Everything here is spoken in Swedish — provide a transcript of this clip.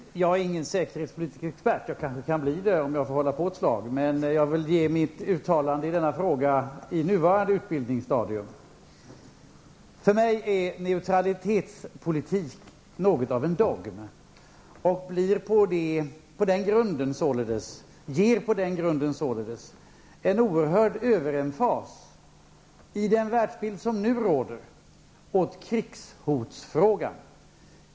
Herr talman! Jag är ingen säkerhetspolitisk expert, men jag kanske kan bli det om jag får hålla på ett slag. Jag vill göra mitt uttalande i denna fråga i nuvarande utbildningsstadium. För mig är neutralitetspolitik något av en dogm och ger på den grunden en oerhörd överemfas i den världbild som nu råder åt krigshotsfrågan.